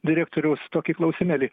direktoriaus tokį klausimėlį